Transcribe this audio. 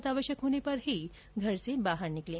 बहुत आवश्यक होने पर ही घर से बाहर निकलें